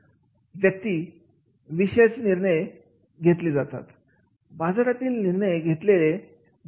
याच यावरूनच व्यक्ती विषयाची निर्णय घेतले जातात बाजारातील निर्णय घेतले जातात